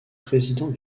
président